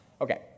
Okay